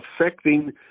affecting